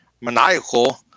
maniacal